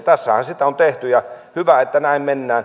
tässähän sitä on tehty ja hyvä että näin mennään